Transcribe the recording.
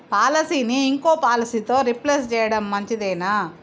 పాలసీని ఇంకో పాలసీతో రీప్లేస్ చేయడం మంచిదేనా?